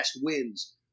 wins